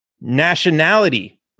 nationality